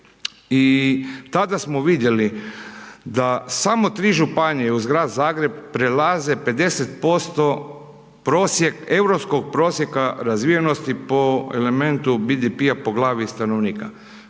i tada smo vidjeli da samo 3 županije uz Grad Zagreb prelaze 50% prosjek, europskog prosjeka razvijenosti po elementu BDP-a po glavi stanovnika.